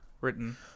written